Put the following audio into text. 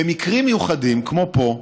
במקרים מיוחדים, כמו פה,